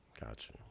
Gotcha